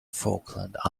falkland